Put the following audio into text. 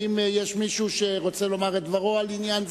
האם מישהו רוצה לומר את דברו על עניין זה?